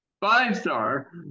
five-star